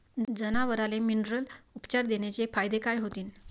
जनावराले मिनरल उपचार देण्याचे फायदे काय होतीन?